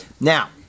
Now